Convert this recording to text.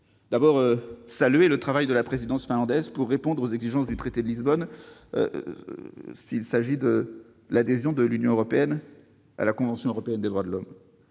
je veux saluer le travail de la présidence finlandaise pour satisfaire aux exigences du traité de Lisbonne s'agissant de l'adhésion de l'Union européenne à la Convention européenne des droits de l'homme.